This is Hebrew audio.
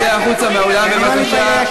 אם זה מה שאתה